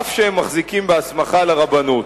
אף שהם מחזיקים בהסמכה לרבנות,